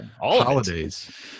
holidays